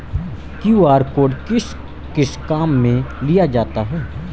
QR code किस किस काम में लिया जाता है?